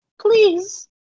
Please